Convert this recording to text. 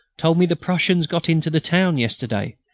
told me the prussians got into the town yesterday,